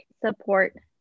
support